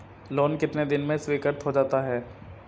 Loan कितने दिन में स्वीकृत हो जाता है?